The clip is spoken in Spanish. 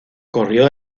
corrió